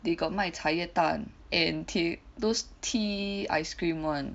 they got 卖茶叶蛋 and te~ those tea ice cream [one]